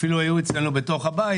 אפילו היו אצלנו בתוך הבית,